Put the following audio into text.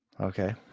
Okay